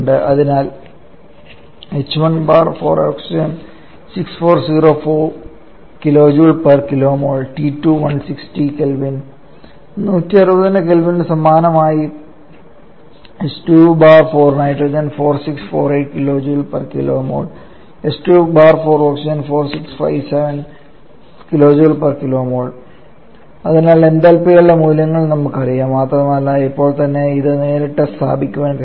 അതിനാൽ h1 bar for oxygen 6404 kJkmol T2 160 K 160K സമാനമായി h2 bar for nitrogen 4648 kJkmol and h2 bar for oxygen 4657 kJkmol അതിനാൽ എന്തൽപികളുടെ മൂല്യങ്ങൾ നമുക്കറിയാം മാത്രമല്ല ഇപ്പോൾ തന്നെ ഇത് നേരിട്ട് സ്ഥാപിക്കാൻ കഴിയും